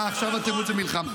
אה, עכשיו אתם רוצים מלחמה?